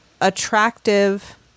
attractive